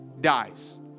dies